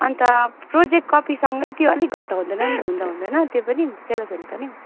अन्त प्रोजेक्ट कपीसँगै त्यो अलिक घटाउँदा हुँदैन हुँदा हुँदैन त्यो पनि सेलोफेन पनि